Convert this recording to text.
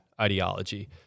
ideology